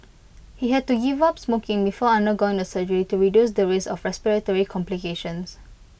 he had to give up smoking before undergoing the surgery to reduce the risk of respiratory complications